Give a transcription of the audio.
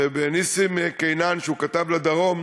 ונסים קינן, שהוא כתב בדרום,